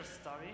story